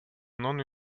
non